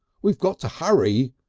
we've got to hurry.